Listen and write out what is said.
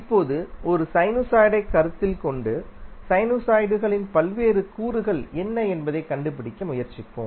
இப்போது ஒரு சைனுசாய்டைக் கருத்தில் கொண்டு சைனுசாய்டுகளின் பல்வேறு கூறுகள் என்ன என்பதைக் கண்டுபிடிக்க முயற்சிப்போம்